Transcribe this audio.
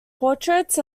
portraits